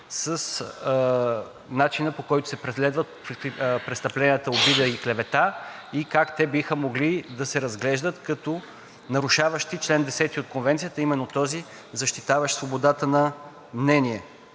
с начина, по който се преследват престъпленията обида и клевета, и как те биха могли да се разглеждат като нарушаващи чл. 10 от Конвенцията, а именно този, защитаващ свободата на мнение.